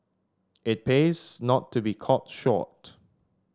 it pays not to be caught short